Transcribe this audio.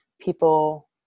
people